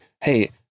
Hey